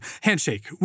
Handshake